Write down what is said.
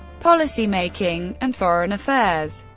policy-making, and foreign affairs.